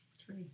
Three